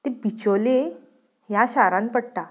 बिचोले ह्या शारांत पडटा